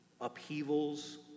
upheavals